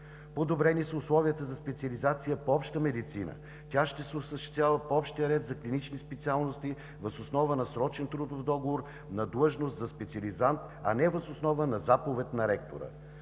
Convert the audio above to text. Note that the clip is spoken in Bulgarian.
Подобрени са условията за специализация по обща медицина. Тя ще се осъществява по общия ред за клинични специалности въз основа на срочен трудов договор на длъжност за специализант, а не въз основа на заповед на ректора.